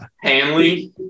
Hanley